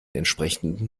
entsprechenden